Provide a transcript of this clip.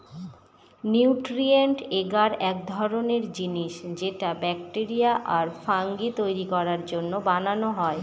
nutrient agar এক ধরনের জিনিস যেটা ব্যাকটেরিয়া আর ফাঙ্গি তৈরী করার জন্য বানানো হয়